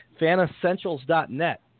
FanEssentials.net